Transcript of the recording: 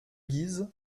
guise